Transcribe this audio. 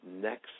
next